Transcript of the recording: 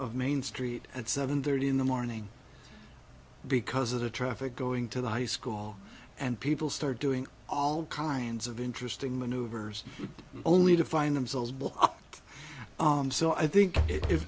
of main street at seven thirty in the morning because of the traffic going to the high school and people start doing all kinds of interesting maneuvers only to find themselves block so i think if